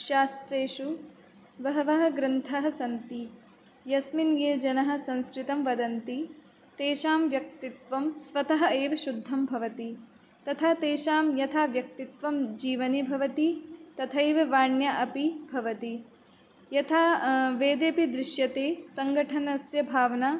शास्त्रेषु बहवः ग्रन्थाः सन्ति यस्मिन् ये जनाः संस्कृतं वदन्ति तेषां व्यक्तित्वं स्वतः एव शुद्धं भवति तथा तेषां यथा व्यक्तित्वं जीवने भवति तथैव वाण्या अपि भवति यथा वेदेऽपि दृश्यते सङ्घटनस्य भावना